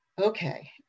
okay